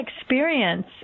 experience